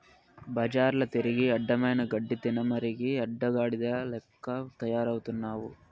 బజార్ల తిరిగి అడ్డమైన గడ్డి తినమరిగి అడ్డగాడిద లెక్క తయారవుతున్నావు